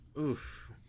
Oof